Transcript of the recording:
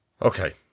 okay